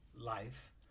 life